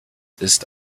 ist